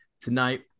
tonight